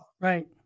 Right